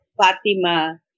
Fatima